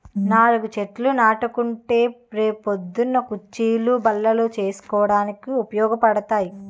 నాలుగు చెట్లు నాటుకుంటే రే పొద్దున్న కుచ్చీలు, బల్లలు చేసుకోడానికి ఉపయోగపడతాయి